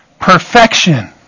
perfection